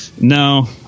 No